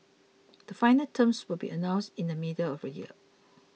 the final items will be announced in the middle of the year